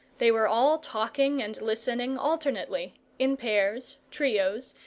they were all talking and listening alternately, in pairs, trios,